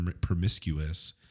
promiscuous